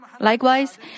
Likewise